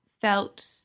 felt